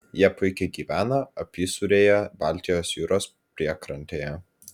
jie puikiai gyvena apysūrėje baltijos jūros priekrantėje